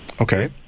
Okay